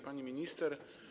Pani Minister!